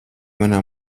manā